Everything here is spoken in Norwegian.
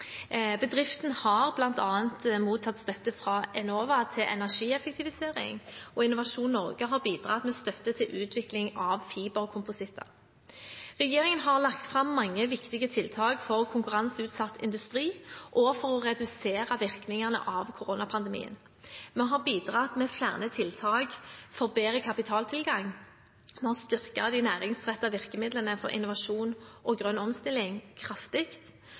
Innovasjon Norge har bidratt med støtte til utvikling av fiberkompositter. Regjeringen har lagt fram mange viktige tiltak for konkurranseutsatt industri og for å redusere virkningene av koronapandemien. Vi har bidratt med flere tiltak for bedre kapitaltilgang. Vi har styrket de næringsrettete virkemidlene for innovasjon og grønn omstilling kraftig.